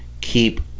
keep